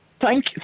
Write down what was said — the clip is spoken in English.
thank